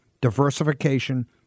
Diversification